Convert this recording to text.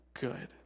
good